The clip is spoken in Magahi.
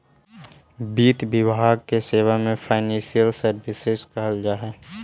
वित्त विभाग के सेवा के फाइनेंशियल सर्विसेज कहल जा हई